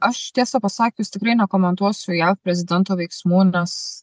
aš tiesą pasakius tikrai nekomentuosiu jav prezidento veiksmų nes